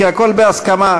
כי הכול בהסכמה.